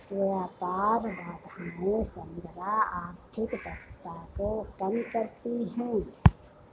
व्यापार बाधाएं समग्र आर्थिक दक्षता को कम करती हैं